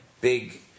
big